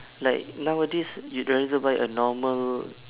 like nowadays you rather buy a normal